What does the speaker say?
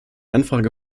anfrage